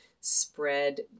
spread